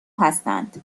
هستند